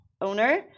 owner